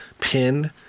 pin